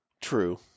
True